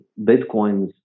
bitcoins